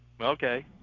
okay